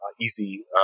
easy